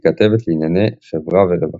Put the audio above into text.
ככתבת לענייני חברה ורווחה.